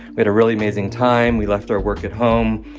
we had a really amazing time. we left our work at home.